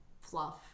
fluff